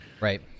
Right